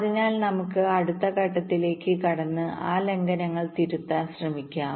അതിനാൽ നമുക്ക് അടുത്ത ഘട്ടത്തിലേക്ക് കടന്ന് ആ ലംഘനങ്ങൾ തിരുത്താൻ ശ്രമിക്കാം